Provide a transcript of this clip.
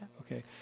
Okay